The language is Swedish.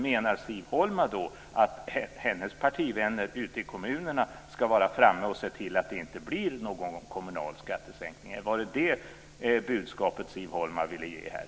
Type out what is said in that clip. Menar Siv Holma att hennes partivänner ute i kommunerna ska vara framme och se till att det inte blir några kommunala skattesänkningar? Är det budskapet som Siv Holma vill ge här?